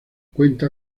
cuenta